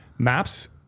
Maps